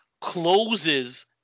closes